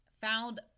found